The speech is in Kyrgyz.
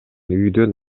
үйдөн